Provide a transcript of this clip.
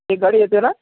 एक गाडी येते ना